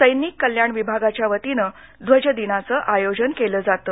सैनिक कल्याण विभागाच्या वतीनं ध्वजदिनाचं आयोजन केलं जातं